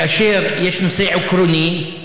כאשר יש נושא עקרוני,